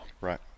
Right